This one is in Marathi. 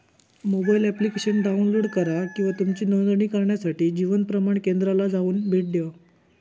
मोबाईल एप्लिकेशन डाउनलोड करा किंवा तुमची नोंदणी करण्यासाठी जीवन प्रमाण केंद्राला जाऊन भेट देवा